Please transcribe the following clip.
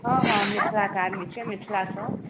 हँ हँ मिथलाक आदमी छियै मिथलासँ